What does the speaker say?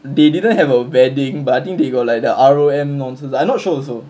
they didn't have a wedding but I think they got like the R_O_M nonsense I not sure also